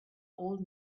old